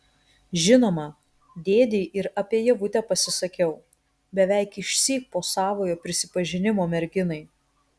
žinoma dėdei ir apie ievutę pasisakiau beveik išsyk po savojo prisipažinimo merginai